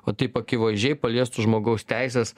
va taip akivaizdžiai paliestų žmogaus teises